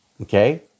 Okay